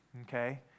okay